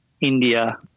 India